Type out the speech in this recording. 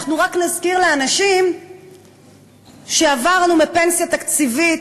אנחנו רק נזכיר לאנשים שעברנו מפנסיה תקציבית,